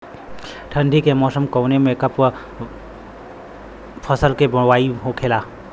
ठंडी के मौसम कवने मेंकवन फसल के बोवाई होखेला?